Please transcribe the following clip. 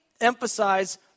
emphasize